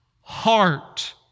heart